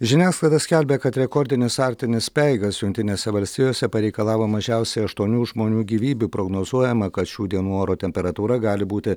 žiniasklaida skelbia kad rekordinis arktinis speigas jungtinėse valstijose pareikalavo mažiausiai aštuonių žmonių gyvybių prognozuojama kad šių dienų oro temperatūra gali būti